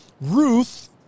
Ruth